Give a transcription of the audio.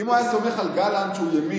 אם הוא היה סומך על גלנט שהוא ימין,